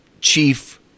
Chief